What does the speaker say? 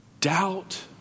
doubt